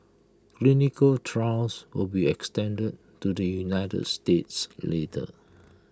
clinical trials will be extended to the united states later